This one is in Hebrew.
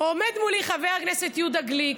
עומד מולי חבר הכנסת יהודה גליק.